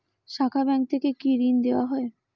শাখা ব্যাংক থেকে কি ঋণ দেওয়া হয়?